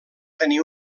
tenir